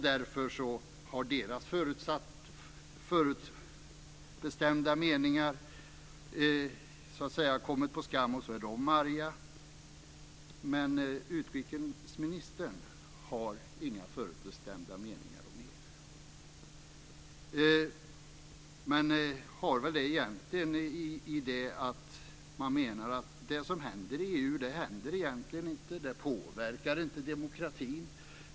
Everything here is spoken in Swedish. Därför har deras förutbestämda meningar kommit på skam, och så är de arga. Men utrikesministern har inga förutbestämda meningar, men har väl det i alla fall eftersom hon menar att det som händer i EU egentligen inte händer. Det påverkar inte demokratin.